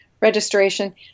registration